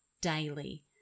daily